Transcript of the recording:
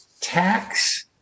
tax